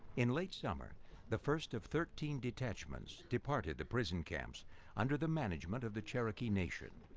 in late summer the first of thirteen detachments departed the prison camps under the management of the cherokee nation.